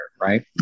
Right